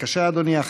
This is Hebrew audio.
בבקשה, אדוני.